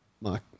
Mike